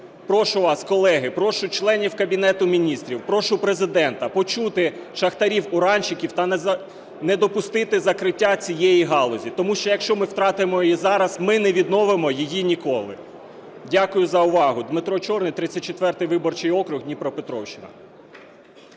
Прошу вас, колеги, прошу членів Кабінету Міністрів, прошу Президента почути шахтарів-уранщиків та не допустити закриття цієї галузі. Тому що, якщо ми втратимо її зараз, ми не відновимо її ніколи. Дякую за увагу. Дмитро Чорний, 34 виборчий округ, Дніпропетровщина.